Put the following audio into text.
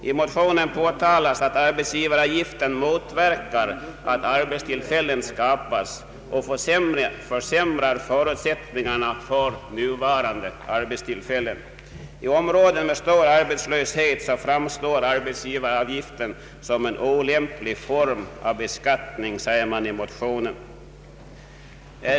I motionen påtalas att arbetsgivaravgiften motverkar att arbetstillfällen skapas och att den försämrar förutsättningarna för nu existerande arbetstillfällen. I områden med stor arbetslöshet framstår arbetsgivaravgiften som en olämplig form av beskattning, säger man i motionen.